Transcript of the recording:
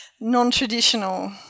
non-traditional